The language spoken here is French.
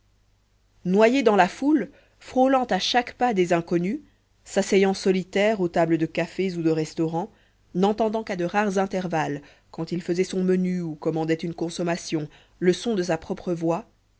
noyé dans la foule frôlant à chaque pas des inconnus s'asseyant solitaire aux tables de cafés ou de restaurants n'entendant qu'à de rares intervalles quand il faisait son menu ou commandait une consommation le son de sa propre voix